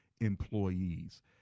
employees